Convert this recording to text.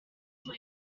over